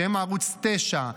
שהם ערוץ 9,